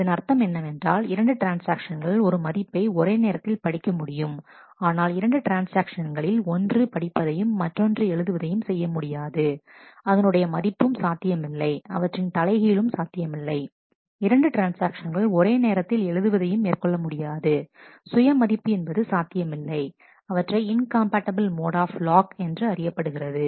இதன் அர்த்தம் என்னவென்றால் இரண்டு ட்ரான்ஸ்ஆக்ஷன்கள் ஒரு மதிப்பை ஒரே நேரத்தில் படிக்க முடியும் ஆனால் இரண்டு ட்ரான்ஸ்ஆக்ஷன்களில் ஒன்று படிப்பதையும் மற்றொன்று எழுதுவதையும் செய்ய முடியாது அதனுடைய மதிப்பும் சாத்தியமில்லை அவற்றின் தலைகீழும் சாத்தியமில்லை இரண்டு ட்ரான்ஸ்ஆக்ஷன்கள் ஒரே நேரத்தில் எழுதுவதையும் மேற்கொள்ள முடியாது சுயமதிப்பு என்பது சாத்தியமில்லை அவற்றை இன்காம்பேட்டபிள் மோட் ஆப் லாக் என்று அறியப்படுகிறது